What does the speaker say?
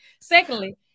Secondly